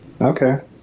okay